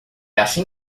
assim